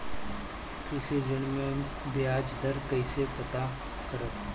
कृषि ऋण में बयाज दर कइसे पता करब?